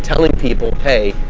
telling people, hey,